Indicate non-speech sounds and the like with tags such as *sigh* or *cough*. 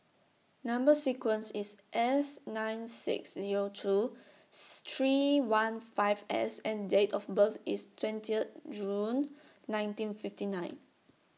Number sequence IS S nine six Zero two *noise* three one five S and Date of birth IS twenty June nineteen fifty nine